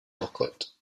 booklet